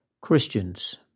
Christians